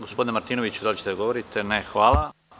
Gospodine Martinoviću da li ćete da govorite? (Ne.) Hvala.